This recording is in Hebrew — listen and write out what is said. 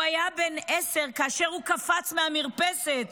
הוא היה בן עשר כאשר הוא קפץ מהמרפסת